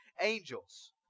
angels